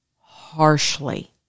harshly